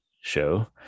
show